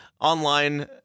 online